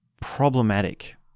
problematic